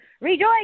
Rejoice